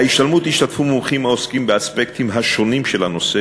בהשתלמות השתתפו מומחים העוסקים באספקטים שונים של הנושא.